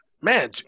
man